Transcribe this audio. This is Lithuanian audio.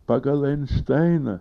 pagal einštainą